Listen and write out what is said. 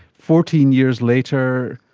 fourteen years later,